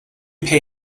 pay